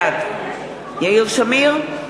בעד יאיר שמיר,